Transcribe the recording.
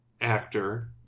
actor